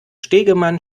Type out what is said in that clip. stegemann